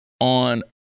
on